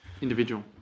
individual